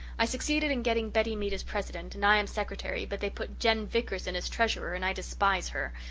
i succeeded in getting betty mead as president, and i am secretary, but they put jen vickers in as treasurer and i despise her.